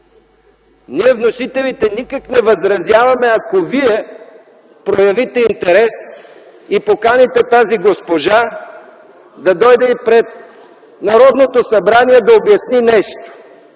Ние, вносителите, никак не възразяваме, ако Вие проявите интерес и поканите тази госпожа да дойде и пред Народното събрание да обясни нещо,